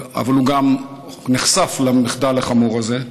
אבל הוא גם נחשף למחדל החמור הזה.